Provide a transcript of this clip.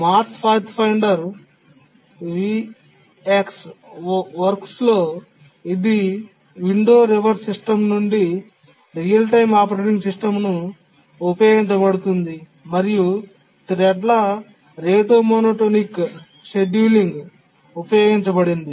Mars Pathfinder VxWorks లో ఇది Wind River Systems నుండి రియల్ టైమ్ ఆపరేటింగ్ సిస్టమ్ ఉపయోగించబడుతోంది మరియు థ్రెడ్ల రేటు మోనోటోనిక్ షెడ్యూలింగ్ ఉపయోగించబడింది